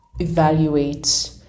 evaluate